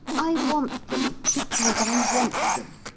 i want them because i want them.